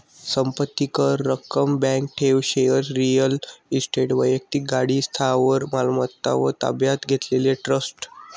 संपत्ती कर, रक्कम, बँक ठेव, शेअर्स, रिअल इस्टेट, वैक्तिक गाडी, स्थावर मालमत्ता व ताब्यात घेतलेले ट्रस्ट